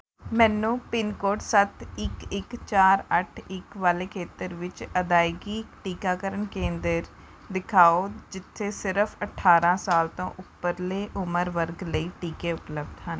ਮੈਨੂੰ ਪਿਨਕੋਡ ਸੱਤ ਇੱਕ ਇੱਕ ਚਾਰ ਅੱਠ ਇੱਕ ਵਾਲੇ ਖੇਤਰ ਵਿੱਚ ਅਦਾਇਗੀ ਟੀਕਾਕਰਨ ਕੇਂਦਰ ਦਿਖਾਓ ਜਿੱਥੇ ਸਿਰਫ਼ ਅਠਾਰਾਂ ਸਾਲ ਤੋਂ ਉੱਪਰਲੇ ਉਮਰ ਵਰਗ ਲਈ ਟੀਕੇ ਉਪਲਬਧ ਹਨ